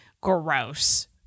Gross